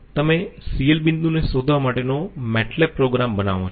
તમે CL બિંદુને શોધવા માટેનો મેટલેબ પ્રોગ્રામ બનાવો છો